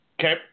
Okay